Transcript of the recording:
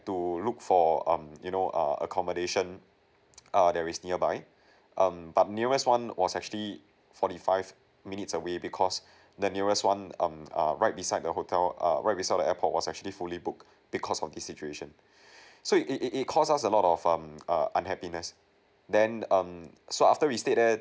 to look for um you know err accommodation err that is nearby um but nearest one was actually forty five minutes away because the nearest one um err right beside the hotel err right beside the airport was actually fully booked because of this situation so it it it caused us a lot of um err unhappiness then um so after we stayed there